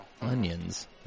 onions